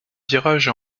virage